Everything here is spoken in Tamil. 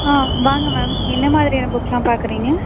ஆ வாங்க மேம் என்ன மாதிரியான புக்ஸ்லாம் பார்க்கறீங்க